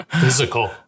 Physical